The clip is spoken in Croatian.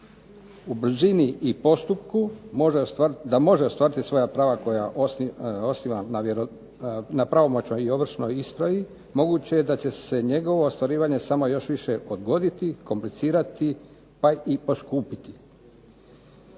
u brzini i postupku da može ostvariti svoja prava koja osniva na pravomoćnoj i ovršnoj ispravi moguće je da će se njegovo ostvarivanje samo još više odgoditi, komplicirati pa i poskupiti.